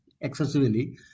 excessively